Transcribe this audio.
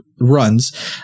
runs